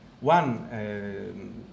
One